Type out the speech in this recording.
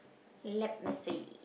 let me see